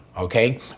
okay